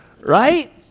Right